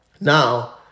Now